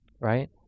right